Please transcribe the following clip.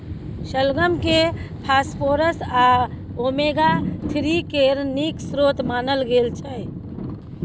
शलगम केँ फास्फोरस आ ओमेगा थ्री केर नीक स्रोत मानल गेल छै